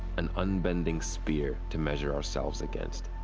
an unbending spear. to measure ourselves against.